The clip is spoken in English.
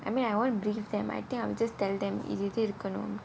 I mean I won't brief them I think I'll just tell them